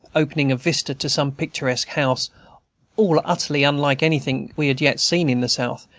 opening a vista to some picturesque house all utterly unlike anything we had yet seen in the south,